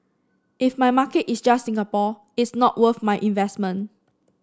if my market is just Singapore it's not worth my investment